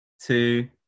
two